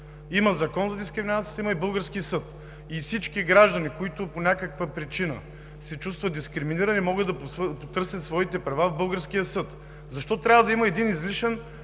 Има Закон за дискриминацията и български съд и всички граждани, които по някаква причина се чувстват дискриминирани, могат да потърсят своите права в българския съд. Защо трябва да има един излишен